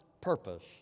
purpose